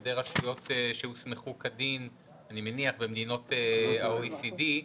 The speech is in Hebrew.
ידי רשויות שהוסמכו כדין במדינות ה-OECD.